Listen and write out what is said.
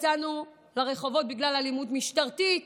יצאנו לרחובות בגלל אלימות משטרתית